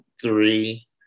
three